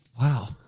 Wow